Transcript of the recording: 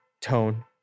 tone